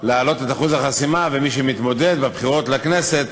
להעלות את אחוז החסימה, ומי שמתמודד בבחירות לכנסת